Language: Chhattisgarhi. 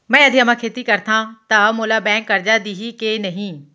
मैं अधिया म खेती करथंव त मोला बैंक करजा दिही के नही?